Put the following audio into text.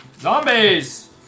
Zombies